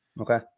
Okay